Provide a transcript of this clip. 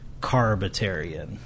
carbitarian